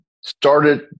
started